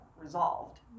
resolved